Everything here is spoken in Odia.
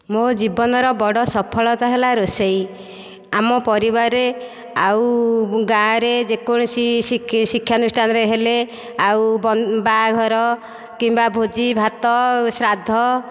ମୋ ଜୀବନର ବଡ ସଫଳତା ହେଲା ରୋଷେଇ ଆମ ପରିବାରରେ ଆଉ ଗାଁରେ ଯେକୌଣସି ଶିକ୍ଷା ଶିକ୍ଷାନୁଷ୍ଠାନରେ ହେଲେ ଆଉ ବାହାଘର କିମ୍ବା ଭୋଜି ଭାତ ଶ୍ରାଦ୍ଧ